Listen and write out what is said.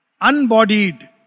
unbodied